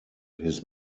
his